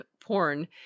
porn